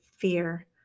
fear